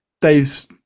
Dave's